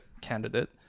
candidate